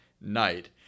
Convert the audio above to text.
night